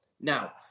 Now